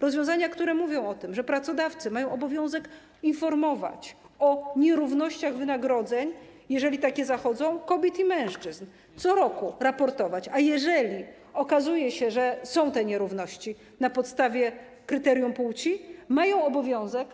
Rozwiązania, które mówią o tym, że pracodawcy mają obowiązek informować o nierównościach wynagrodzeń, jeżeli takie zachodzą, kobiet i mężczyzn, co roku raportować, a jeżeli okazuje się, że te nierówności wynikają z kryterium płci, mają obowiązek